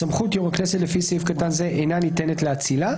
סמכות יושב ראש הכנסת לפי סעיף קטן זה אינה ניתנת לאצילה.